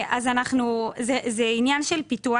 זה עניין של פיתוח.